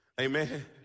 Amen